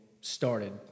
started